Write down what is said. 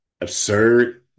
absurd